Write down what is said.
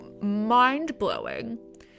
mind-blowing